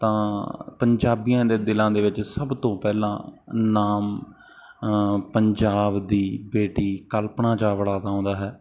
ਤਾਂ ਪੰਜਾਬੀਆਂ ਦੇ ਦਿਲਾਂ ਦੇ ਵਿੱਚ ਸਭ ਤੋਂ ਪਹਿਲਾ ਨਾਮ ਪੰਜਾਬ ਦੀ ਬੇਟੀ ਕਲਪਨਾ ਚਾਵਲਾ ਦਾ ਆਉਂਦਾ ਹੈ